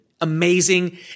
amazing